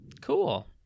Cool